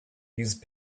use